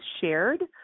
shared